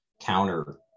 counter